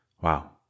Wow